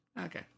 Okay